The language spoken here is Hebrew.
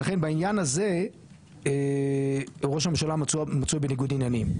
ולכן בעניין הזה ראש הממשלה מצוי בניגוד עניינים.